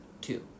two